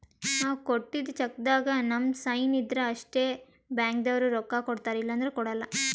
ನಾವ್ ಕೊಟ್ಟಿದ್ದ್ ಚೆಕ್ಕ್ದಾಗ್ ನಮ್ ಸೈನ್ ಇದ್ರ್ ಅಷ್ಟೇ ಬ್ಯಾಂಕ್ದವ್ರು ರೊಕ್ಕಾ ಕೊಡ್ತಾರ ಇಲ್ಲಂದ್ರ ಕೊಡಲ್ಲ